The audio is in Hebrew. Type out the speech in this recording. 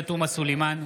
סלימאן,